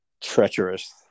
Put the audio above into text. treacherous